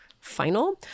final